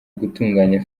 gutunganya